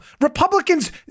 Republicans